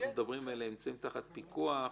שאנחנו מדברים עליהם נמצאים תחת פיקוח,